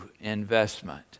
investment